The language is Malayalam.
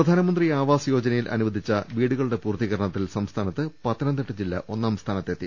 പ്രധാനമന്ത്രി ആവാസ് യോജനയിൽ അനുവദിച്ചു വീടുകളുടെ പൂർത്തീകരണത്തിൽ സംസ്ഥാനത്ത് പത്തനംതിട്ട ജില്ല ഒന്നാം സ്ഥാന ത്തെത്തി